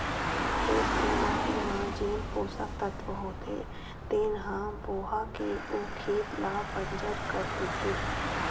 खेत के माटी म जेन पोसक तत्व होथे तेन ह बोहा के ओ खेत ल बंजर कर देथे